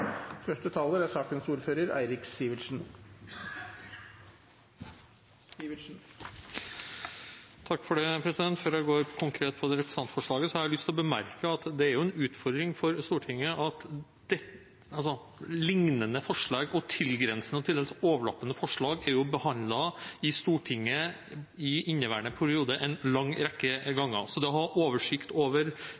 Før jeg går til det konkrete representantforslaget, har jeg lyst til å bemerke at det er en utfordring for Stortinget at lignende forslag og tilgrensende og til dels overlappende forslag er behandlet i Stortinget i inneværende periode en lang rekke